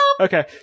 Okay